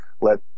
let